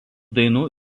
dainų